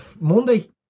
Monday